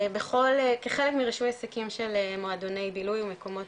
כחלק מרישוי עסקים של מועדוני בילוי ומקומות